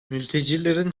mültecilerin